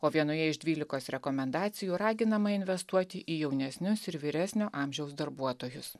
o vienoje iš dvylikos rekomendacijų raginama investuoti į jaunesnius ir vyresnio amžiaus darbuotojus